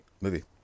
movie